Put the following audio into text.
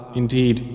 indeed